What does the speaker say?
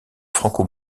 franco